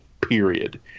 period